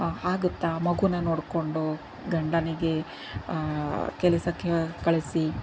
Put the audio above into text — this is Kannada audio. ಆಗುತ್ತಾ ಮಗೂನ ನೋಡಿಕೊಂಡು ಗಂಡನಿಗೆ ಕೆಲಸಕ್ಕೆ ಕಳಿಸಿ